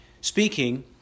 speaking